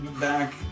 back